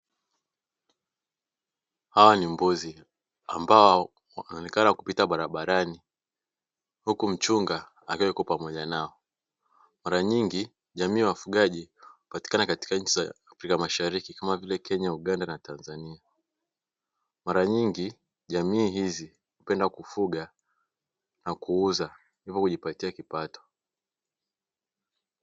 Hawa ni mbuzi ambao wanaonekana kupita barabarani, huku mchunga akiwa yuko pamoja nao. Mara nyingi jamii ya wafugaji hupatikana katika nchi za afrika mashariki, kama vile Kenya, Uganda na Tanzania. Mara nyingi jamii hizi, hupenda kufuga na kuuza, ndipo kujipatia kipato.